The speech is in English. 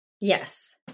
Yes